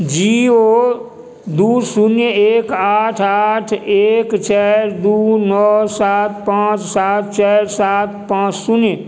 zero दू शून्य एक आठ आठ एक चारि दू नओ सात पाँच सात चारि सात पाँच शून्य